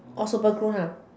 orh super cool [huh]